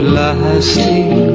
lasting